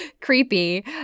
creepy